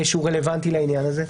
שהוא רלוונטי לעניין הזה?